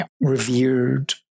revered